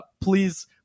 please